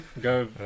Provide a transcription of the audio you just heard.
Go